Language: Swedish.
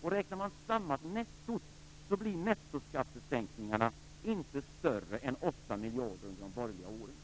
Om man räknar samman nettot ser man att nettoskattesänkningarna inte blir större än 8 miljarder under de borgerliga åren.